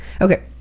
okay